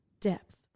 depth